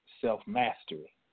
self-mastery